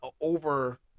over